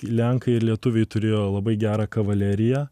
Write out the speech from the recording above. lenkai ir lietuviai turėjo labai gerą kavaleriją